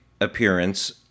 appearance